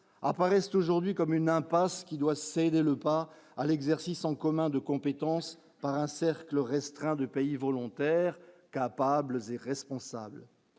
apparaissent aujourd'hui comme une impasse qui doit céder le pas à l'exercice en commun de compétences par un cercle restreint de pays volontaires capable et responsable,